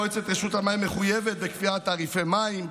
מועצת רשות המים מחויבת בקביעת תעריפי מים,